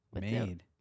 made